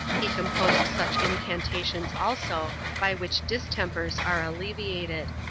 he composed such incantations also by which distempers are alleviated.